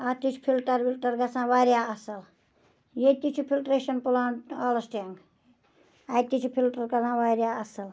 اَتھ تہِ چھُ فِلٹَر وِلٹَر گَژھان واریاہ اَصل ییٚتہِ تہِ چھُ فِلٹریشَن پلان آلَسٹینٛگ اَتہِ تہٕ چھِ فِلٹَر کَران واریاہ اَصل